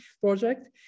project